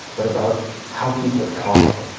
but about how people are talking,